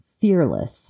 fearless